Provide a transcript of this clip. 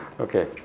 okay